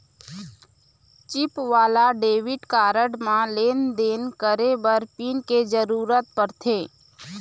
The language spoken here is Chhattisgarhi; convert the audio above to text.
चिप वाला डेबिट कारड म लेन देन करे बर पिन के जरूरत परथे